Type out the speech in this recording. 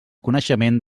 coneixement